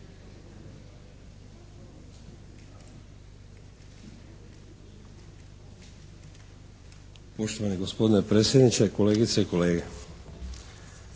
Poštovani gospodine predsjedniče, kolegice i kolege.